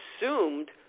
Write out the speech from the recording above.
assumed